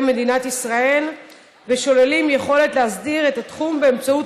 מדינת ישראל ושוללים יכולת להסדיר את התחום באמצעות